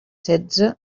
setze